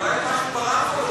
אולי משהו ברמקול לא בסדר?